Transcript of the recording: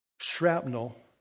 Shrapnel